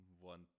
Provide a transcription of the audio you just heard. one